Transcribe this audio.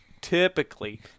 typically